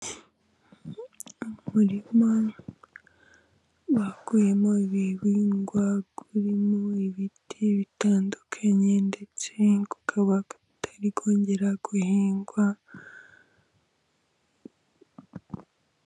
Umurima bakuyemo ibihingwa urimo ibiti bitandukanye, ndetse ukaba utari wongera guhingwa...